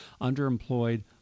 underemployed